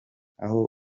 aho